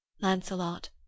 Lancelot